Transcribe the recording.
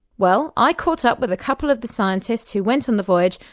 well, i caught up with a couple of the scientists who went on the voyage,